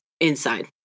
inside